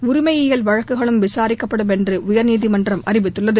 உரிமையியல் வழக்குகளும் விசாரிக்கப்படும் என்று உயர்நீதிமன்றம் அறிவித்துள்ளது